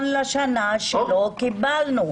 מיליון שקלים בשנה שלא קיבלנו.